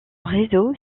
réseau